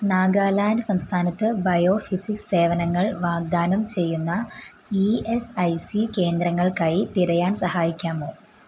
നാഗാലാൻഡ് സംസ്ഥാനത്ത് ബയോഫിസിക്സ് സേവനങ്ങൾ വാഗ്ദാനം ചെയ്യുന്ന ഇ എസ് ഐ സി കേന്ദ്രങ്ങൾക്കായി തിരയാൻ സഹായിക്കാമോ